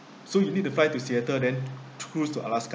so you need to fly to seattle then tours to alaska